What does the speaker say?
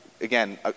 again